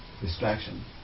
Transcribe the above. distraction